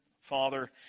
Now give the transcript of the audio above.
father